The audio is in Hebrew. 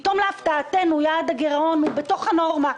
פתאום להפתעתנו יעד הגרעון הוא בתוך הנורמה.